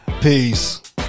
Peace